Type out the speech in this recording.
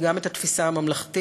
גם את התפיסה הממלכתית,